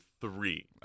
three